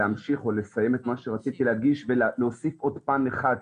להמשיך ולסיים את מה שרציתי להדגיש ולהוסיף עוד פן אחד,